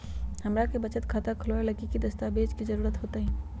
हमरा के बचत खाता खोलबाबे ला की की दस्तावेज के जरूरत होतई?